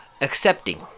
accepting